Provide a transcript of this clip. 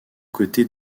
côté